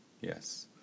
yes